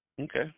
Okay